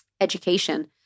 education